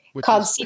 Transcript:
called